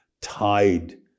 tied